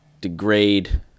degrade